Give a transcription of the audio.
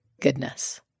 goodness